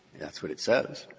that's what it says.